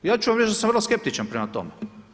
Ja ću vam reći da sam vrlo skeptičan prema tome.